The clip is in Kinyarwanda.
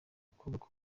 gukorwa